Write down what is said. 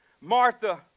Martha